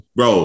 Bro